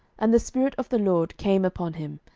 and the spirit of the lord came upon him,